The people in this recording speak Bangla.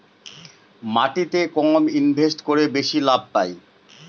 মাটিতে কম ইনভেস্ট করে বেশি লাভ পাই